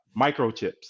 microchips